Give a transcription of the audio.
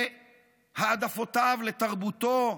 להעדפותיו, לתרבותו,